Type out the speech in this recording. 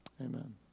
Amen